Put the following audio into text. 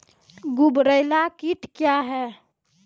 गुबरैला कीट क्या हैं?